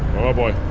oh boy,